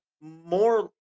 more